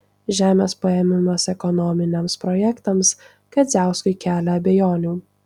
žemės paėmimas ekonominiams projektams kadziauskui kelia abejonių